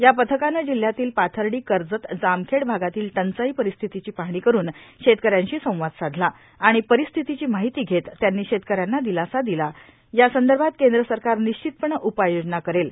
या पथकानं जिल्ह्यातील पाथर्डी कर्जत जामखेड भागातील टंचाई परिस्थितीची पाहणी करून शेतकऱ्याशी संवाद साधला आणि परिस्थितीची माहिती घेत त्यांनी शेतकऱ्याना दिलासा दिला की या संदर्भात केंद्र सरकार निश्चितपणे उपाययोजना करेल